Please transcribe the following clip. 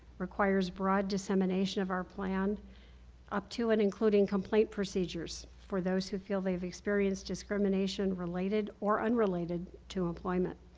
requires broad dissemination of our plan up to and including complaint procedures for those who feel they have experienced discrimination related or unrelated to employment.